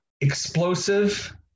Explosive